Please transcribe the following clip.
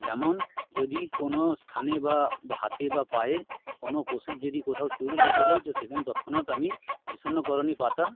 যেমন যদি কোনো স্থানে বা হাতে বা পায়ে কোনো পশুর যদি কোথাও চোট লেগে যায় তো সেখানে তৎক্ষণাৎ আমি বিশল্যকরণী পাতা